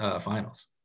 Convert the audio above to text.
Finals